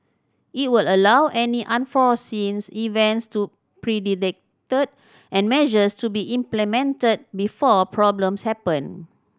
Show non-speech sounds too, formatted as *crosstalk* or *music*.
it will allow any unforeseen *unintelligible* events to predicted and measures to be implemented before problems happen